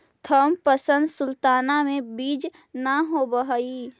Thompson sultana में बीज न होवऽ हई